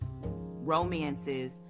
romances